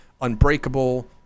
Unbreakable